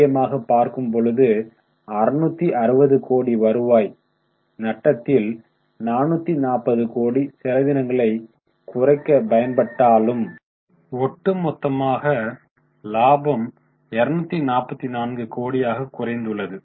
துல்லியமாக பார்க்கும் பொழுது 660 கோடி வருவாய் நட்டத்தில் 440 கோடி செலவினங்களை குறைக்க பயன்பட்டாலும் ஒட்டு மொத்தமாக லாபம் 244 கோடியாக குறைந்துள்ளது